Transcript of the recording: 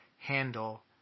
handle